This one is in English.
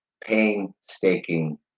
Painstaking